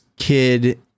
kid